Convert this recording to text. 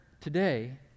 today